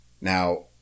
Now